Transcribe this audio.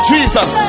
Jesus